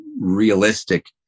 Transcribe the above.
realistic